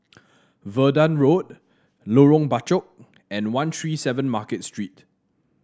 Verdun Road Lorong Bachok and One Three Seven Market Street